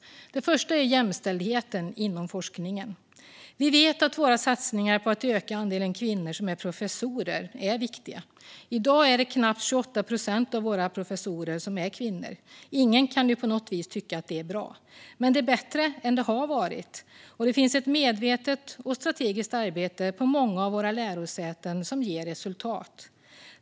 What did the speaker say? Det första är jämställdheten inom forskningen. Vi vet att våra satsningar på att öka andelen kvinnor som är professorer är viktiga. I dag är det knappt 28 procent av våra professorer som är kvinnor. Ingen kan ju på något vis tycka att det är bra. Men det är bättre än det har varit, och det finns ett medvetet och strategiskt arbete på många av våra lärosäten som ger resultat.